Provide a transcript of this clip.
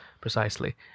precisely